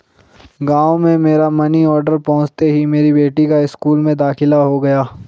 गांव में मेरा मनी ऑर्डर पहुंचते ही मेरी बेटी का स्कूल में दाखिला हो गया